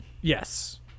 Yes